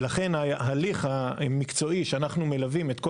לכן ההליך המקצועי שאנחנו מלווים את כל